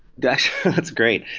that's that's great.